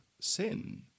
sin